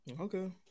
Okay